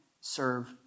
serve